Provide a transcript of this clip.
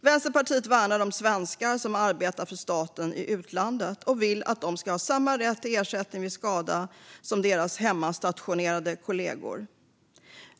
Vänsterpartiet värnar om svenskar som arbetar för staten i utlandet och vill att de ska ha samma rätt till ersättning vid skada som deras hemmastationerade kollegor.